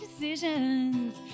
decisions